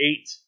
eight